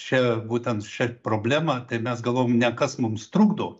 šia būtent šia problema tai mes galvojom ne kas mums trukdo